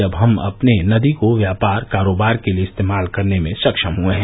जब हम अपने नदी को व्यापार कारोबार के लिए इस्तेमाल करने में सक्षम हए हैं